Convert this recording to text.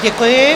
Děkuji.